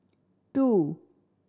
two